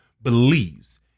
Believes